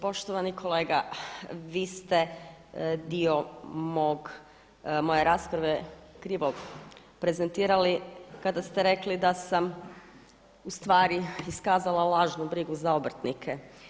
Poštovani kolega, vi ste dio moje rasprave krivo prezentirali kada ste rekli da sam u stvari iskazala lažnu brigu za obrtnike.